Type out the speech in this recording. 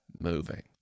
moving